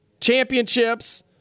championships